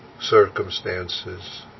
circumstances